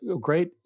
great